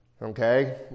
Okay